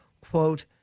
quote